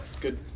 good